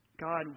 God